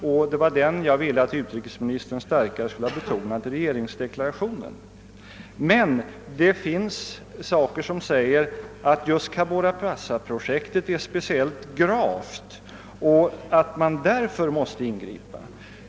Det var denna solidaritet jag ville att utrikesministern skulle ha betonat starkare i regeringsdeklarationen. Men det finns förhållanden som gör att fallet Cabora Bassa är speciellt gravt och att man därför måste ingripa.